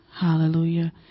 Hallelujah